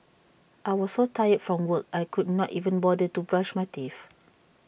I was so tired from work I could not even bother to brush my teeth